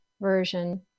version